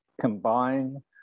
combine